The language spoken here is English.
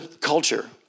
culture